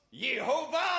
Yehovah